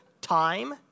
time